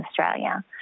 Australia